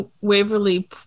waverly